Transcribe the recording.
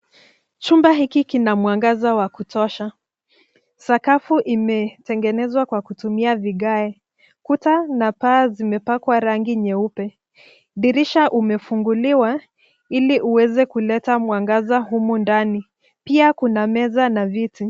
Chumba hiki kina mwangaza wa kutosha. Sakafu imetengenezwa kwa kutumia vigae. Kuta na paa zimepakwa rangi nyeupe. Dirisha umefunguliwa, ili uweze kuleta mwangaza humu ndani. Pia kuna meza na viti.